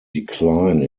decline